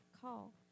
call